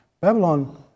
Babylon